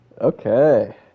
Okay